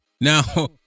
Now